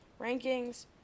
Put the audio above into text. rankings